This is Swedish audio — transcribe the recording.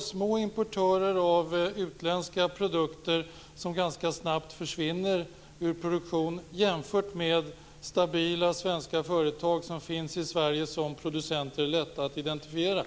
små importörer av utländska produkter, som ganska snabbt försvinner ur produktion, jämfört med stabila svenska företag som finns i Sverige som producenter och är lätta att identifiera.